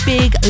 big